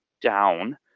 down